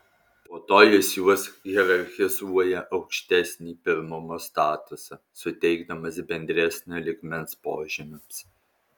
po to jis juos hierarchizuoja aukštesnį pirmumo statusą suteikdamas bendresnio lygmens požymiams